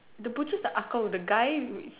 the butchers are ah Kong with the guy